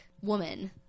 woman